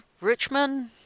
Richmond